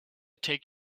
take